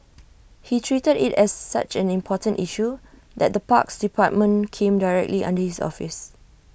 he treated IT as such an important issue that the parks department came directly under his office